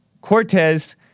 Cortez